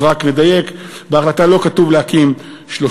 אז רק לדייק: בהחלטה לא כתוב להקים 30